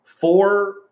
four